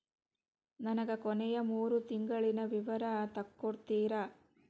ನನಗ ಕೊನೆಯ ಮೂರು ತಿಂಗಳಿನ ವಿವರ ತಕ್ಕೊಡ್ತೇರಾ?